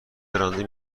براندی